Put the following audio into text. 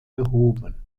behoben